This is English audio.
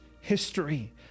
history